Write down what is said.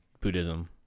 Buddhism